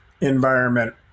environment